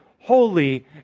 holy